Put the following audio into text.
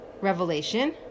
revelation